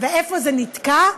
ואיפה זה נתקע?